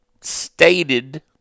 stated